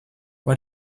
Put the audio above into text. why